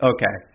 Okay